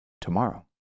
tomorrow